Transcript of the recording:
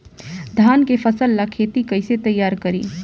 धान के फ़सल ला खेती कइसे तैयार करी?